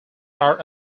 are